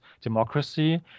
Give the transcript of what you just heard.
democracy